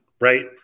right